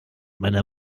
meiner